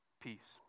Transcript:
peace